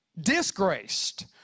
disgraced